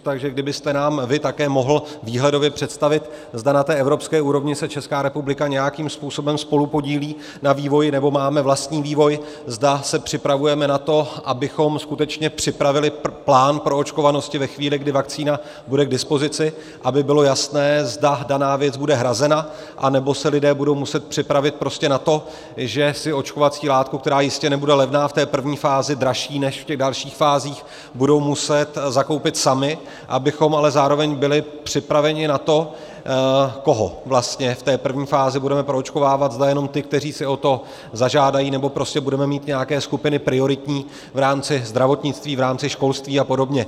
Takže kdybyste nám také vy mohl výhledově představit, zda na té evropské úrovni se Česká republika nějakým způsobem spolupodílí na vývoji, nebo máme vlastní vývoj, zda se připravujeme na to, abychom skutečně připravili plán proočkovanosti ve chvíli, kdy vakcína bude k dispozici, aby bylo jasné, zda daná věc bude hrazena, anebo se lidé budou muset připravit prostě na to, že si očkovací látku, která jistě nebude levná, v té první fázi dražší než v dalších fázích, budou muset zakoupit sami, abychom ale zároveň byli připraveni na to, koho vlastně v té první fázi budeme proočkovávat, zda jenom ty, kteří si o to zažádají, nebo prostě budeme mít nějaké prioritní skupiny v rámci zdravotnictví, v rámci školství a podobně.